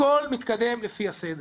הכול מתקדם לפי הסדר